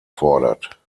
fordert